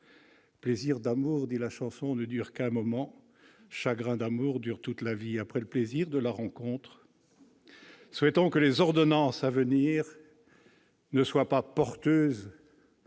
Plaisir d'amour, » dit la chanson, « ne dure qu'un moment, chagrin d'amour dure toute la vie. » Après le plaisir de la rencontre, souhaitons que les ordonnances à venir ne soient pas porteuses